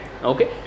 okay